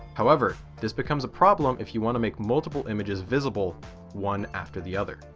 however, this becomes a problem if you want to make multiple images visible one after the other.